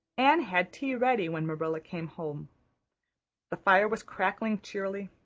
anne had tea ready when marilla came home the fire was crackling cheerily,